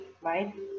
right